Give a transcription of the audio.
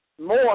more